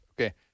Okay